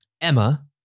Emma